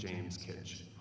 james kitchen